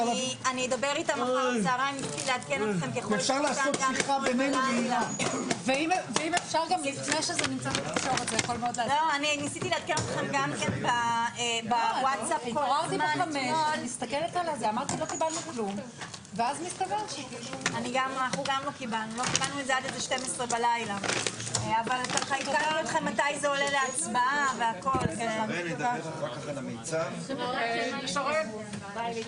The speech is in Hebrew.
הישיבה ננעלה בשעה 11:28.